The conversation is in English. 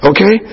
Okay